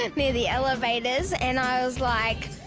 near the elevators and i was like,